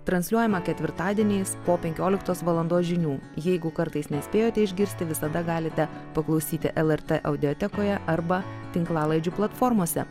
transliuojama ketvirtadieniais po penkioliktos valandos žinių jeigu kartais nespėjote išgirsti visada galite paklausyti lrt audiotekoje arba tinklalaidžių platformose